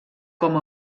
com